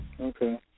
Okay